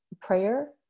prayer